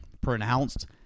Pronounced